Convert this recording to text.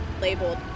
labeled